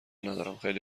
ندارم، خیلی